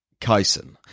kaisen